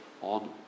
on